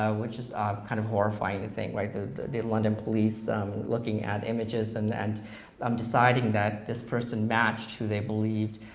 ah which is kind of horrifying to think, like the the london police looking at images and and um deciding that this person matched who they believed